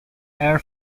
air